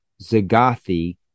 Zagathi